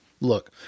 Look